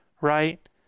right